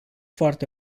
foarte